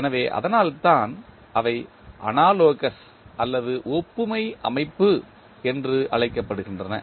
எனவே அதனால்தான் அவை அனாலோகஸ் அல்லது ஒப்புமை அமைப்பு என்று அழைக்கப்படுகின்றன